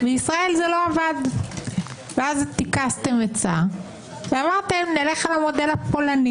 בישראל זה לא עבד ואז טיכסתם עצה ואמרתם: נלך על המודל הפולני